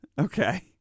Okay